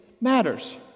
matters